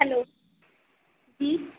hello जी